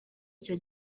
icyo